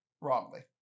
wrongly